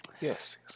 Yes